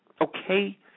Okay